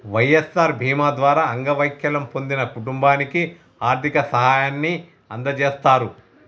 వై.ఎస్.ఆర్ బీమా ద్వారా అంగవైకల్యం పొందిన కుటుంబానికి ఆర్థిక సాయాన్ని అందజేస్తారు